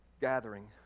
gathering